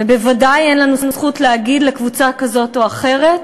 ובוודאי אין לנו זכות להגיד לקבוצה כזאת או אחרת